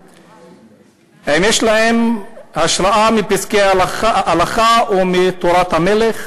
האם יש להם השראה מפסקי הלכה או מ"תורת המלך",